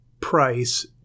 price